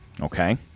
okay